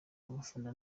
abafana